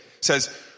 says